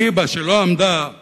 ריבה שלא עמדה את